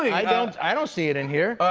i don't i don't see it in here.